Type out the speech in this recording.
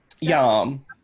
Yum